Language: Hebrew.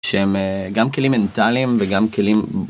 שהם גם כלים מנטליים וגם כלים...